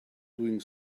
doing